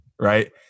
Right